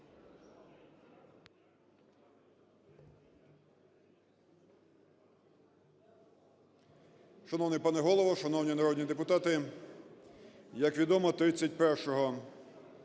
Шановний пане Голово! Шановні народні депутати! Як відомо, 31 липня